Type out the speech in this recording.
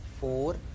four